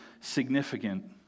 significant